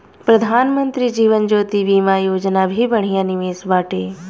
प्रधानमंत्री जीवन ज्योति बीमा योजना भी बढ़िया निवेश बाटे